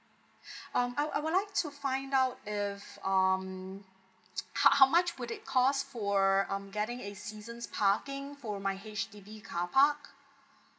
um I would I would like to find out if um how how much would it cost for um getting a seasons parking for my H_D_B car park